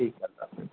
ٹھیک ہے اللہ حافظ